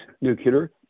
nuclear